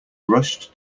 rushed